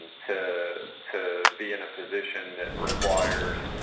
to to be in a position that requires